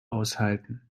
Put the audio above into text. aushalten